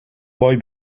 boy